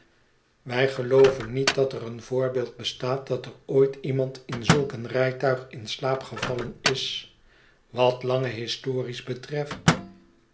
wij gelooven niet dat er een voorbeeld bestaat dat ooit iemand in zulk een rijtuig in slaap gevallen is wat lange histories betreft